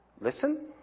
listen